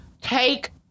take